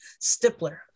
stippler